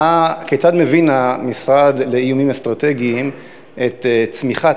כיצד מבין המשרד לאיומים אסטרטגיים את צמיחת